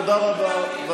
תודה רבה.